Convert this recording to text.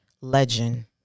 legend